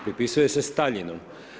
Pripisuje se Staljinu.